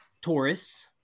Taurus